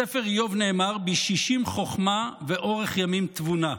בספר איוב נאמר: "בישישים חכמה ואֹרך ימים תבונה",